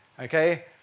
Okay